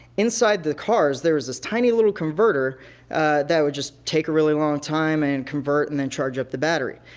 inside the cars there is this tiny little converter that would just take a really long time and convert and then charge up the battery.